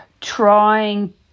trying